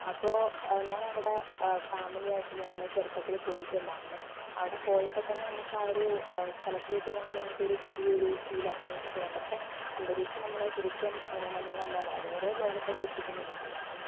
അപ്പോൾ ഞാനവിടെ ഫാമിലിയായിട്ട് ഞാന് ചെറുപ്പത്തില് പോയിട്ടുണ്ടായിരുന്നു അവിടെ പോയപ്പോൾ തന്നെ നമുക്കാ ഒരു സ്ഥലത്തിലോട്ടു പോകുന്ന സമയത്ത് ഒരു പുതിയൊരു ഫീൽ അറ്റ്മോസ്ഫിയർ അവിടത്തെ അന്തരീക്ഷം നമ്മളെ ശരിക്കും ഒന്ന് നമ്മളെ എന്താ പറയുക വേറൊരു ലോകത്തോട്ട് എത്തിക്കുന്ന രീതിയിലാണ്